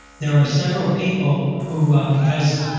there were several people, who ah because,